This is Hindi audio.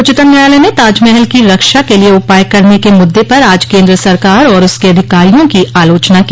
उच्चतम न्यायालय ने ताजमहल की रक्षा के लिए उपाय करने के मुद्दे पर आज केन्द्र सरकार और उसके अधिकारियों की आलोचना की